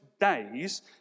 days